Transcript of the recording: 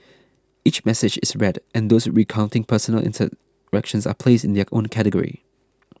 each message is read and those recounting personal interactions are placed in their own category